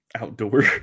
Outdoor